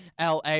LA